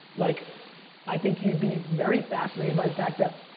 like i think you'd be very fascinated by the fact that,